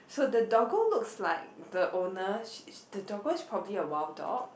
so the doggo looks like the owner sh~ the doggo is probably a wild dog